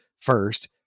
first